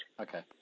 Okay